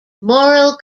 moral